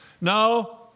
No